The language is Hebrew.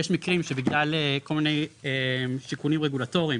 יש מקרים שבגלל כל מיני שיקולים רגולטוריים